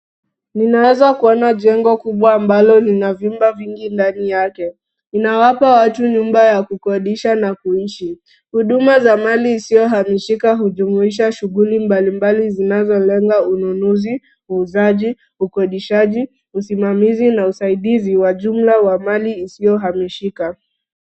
Ninaweza kuona jengo kubwa ambalo lina vyumba vingi ndani yake. Inawapa watu nyumba ya kukodisha na kuishi. Huduma za mali isiyohamishika hujumuisha shughuli mbalimbali zinazolenga ununuzi, uuzaji, ukodishaji, usimamizi na usaidizi wa jumla wa mali isiyohamishika.